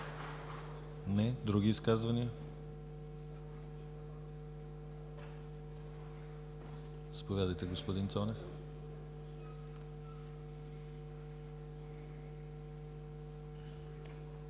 Не. Други изказвания? Заповядайте господин Цонев.